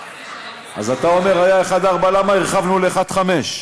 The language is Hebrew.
היה 1 4. אז אתה אומר: היה 1 4, למה הרחבנו ל-1 5?